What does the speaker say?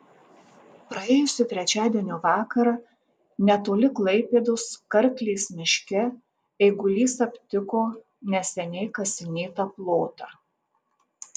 praėjusį trečiadienio vakarą netoli klaipėdos karklės miške eigulys aptiko neseniai kasinėtą plotą